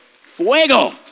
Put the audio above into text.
Fuego